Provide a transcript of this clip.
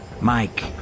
Mike